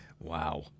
Wow